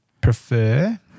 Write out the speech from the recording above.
prefer